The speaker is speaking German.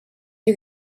die